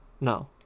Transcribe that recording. No